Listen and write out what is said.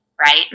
right